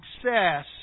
success